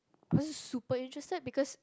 I wasn't super interested because